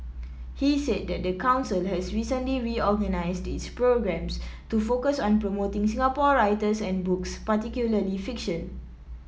he said that the council has recently reorganised its programmes to focus on promoting Singapore writers and books particularly fiction